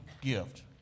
gift